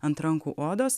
ant rankų odos